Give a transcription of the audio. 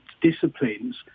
disciplines